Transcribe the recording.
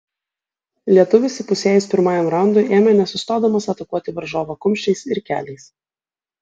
lietuvis įpusėjus pirmajam raundui ėmė nesustodamas atakuoti varžovą kumščiais ir keliais